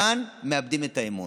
כאן מאבדים את האמון.